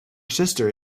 sister